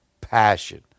passion